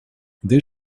there